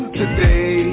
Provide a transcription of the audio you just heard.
today